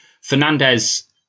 Fernandez